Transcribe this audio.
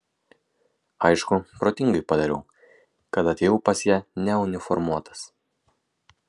aišku protingai padariau kad atėjau pas ją neuniformuotas